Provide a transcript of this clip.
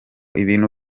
ibintu